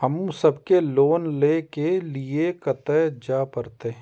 हमू सब के लोन ले के लीऐ कते जा परतें?